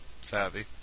savvy